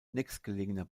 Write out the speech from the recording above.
nächstgelegener